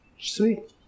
Sweet